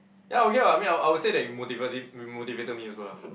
ya okay [what] I mean I will I will say that you motivated you motivated me also lah